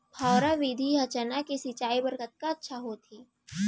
फव्वारा विधि ह चना के सिंचाई बर कतका अच्छा होथे?